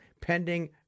pending